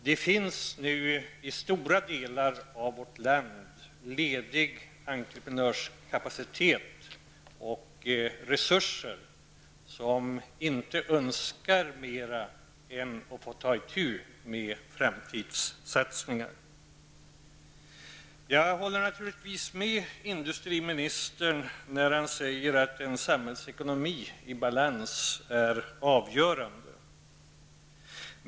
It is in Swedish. Det finns nu i stora delar av vårt land ledig entreprenörskapacitet och resurser som inte önskar mer än att få ta itu med framtidssatsningar. Jag håller naturligtvis med industriministern när han säger att en samhällsekonomi i balans är avgörande.